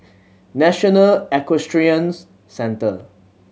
National Equestrian Centre